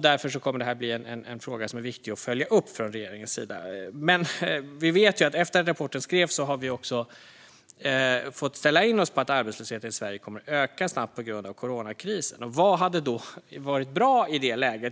Därför kommer detta att bli en fråga som är viktig att följa upp från regeringens sida. Efter att rapporten skrevs har vi fått ställa in oss på att arbetslösheten i Sverige snabbt kommer att öka på grund av coronakrisen. Vad hade varit bra i det läget?